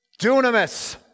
dunamis